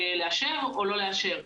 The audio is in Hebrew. לאשר או לא לאשר,